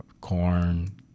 corn